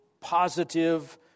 positive